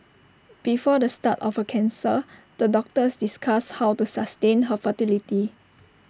before the start of her cancer the doctors discussed how to sustain her fertility